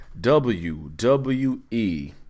WWE